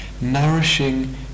nourishing